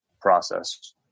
process